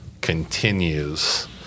continues